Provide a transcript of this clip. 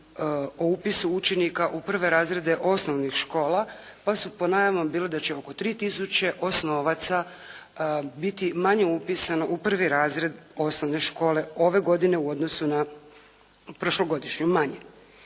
o upisu učenika u prve razrede osnovnih škola pa su pod … /Govornica se ne razumije./ … bili da će oko 3000 osnovaca biti manje upisano u prvi razred osnovne škole ove godine u odnosu na prošlogodišnju manje.